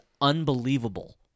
unbelievable